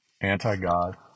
anti-God